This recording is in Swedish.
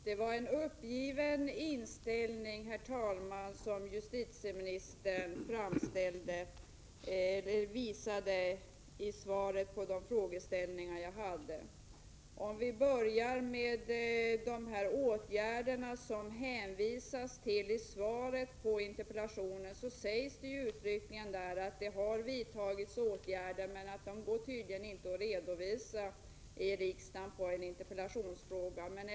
Herr talman! Justitieministern visade en uppgiven inställning i sitt svar på mina frågor. Om jag börjar med de åtgärder som interpellationssvaret hänvisar till, så sägs där uttryckligen att åtgärder har vidtagits, men dessa kan tydligen inte redovisas under en interpellationsdebatt i riksdagen.